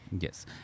yes